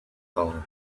hole